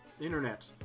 internet